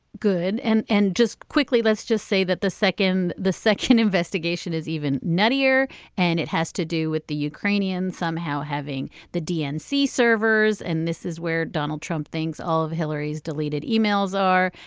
good and and just quickly let's just say that the second the second investigation is even nuttier and it has to do with the ukrainian somehow having the dnc servers and this is where donald trump thinks all of hillary's deleted emails are.